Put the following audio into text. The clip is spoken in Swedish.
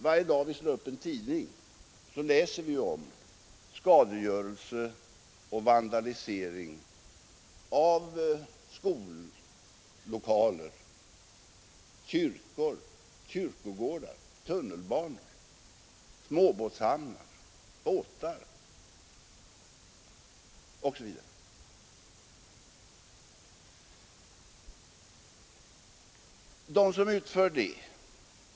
Varje dag vi slår upp en tidning läser vi om skadegörelse och vandalisering av skollokaler, kyrkor, kyrkogårdar, tunnelbanor, småbåtshamnar, båtar osv.